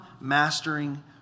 mastering